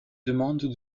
demande